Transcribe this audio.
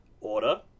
order